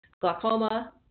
glaucoma